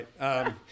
right